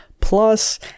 plus